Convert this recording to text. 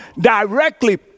directly